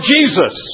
Jesus